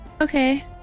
Okay